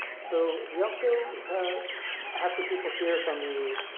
so we also have have some people here from the